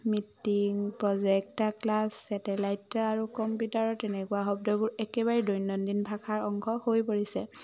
meeting projector class satellite আৰু কম্পিউটাৰৰ তেনেকুৱা শব্দবোৰ একেবাৰে দৈনন্দিন ভাষাৰ অংশ হৈ পৰিছে